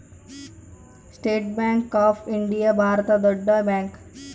state Bank of India ಭಾರತದ ದೊಡ್ಡ bank